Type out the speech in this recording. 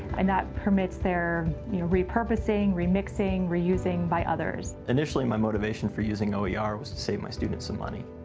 and that permits their re-purposing, remixing, reusing by others. initially my motivation for using oer ah oer was to save my students some money.